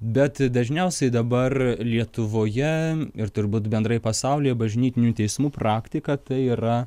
bet dažniausiai dabar lietuvoje ir turbūt bendrai pasaulyje bažnytinių teismų praktika tai yra